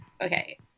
okay